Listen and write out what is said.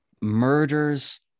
murders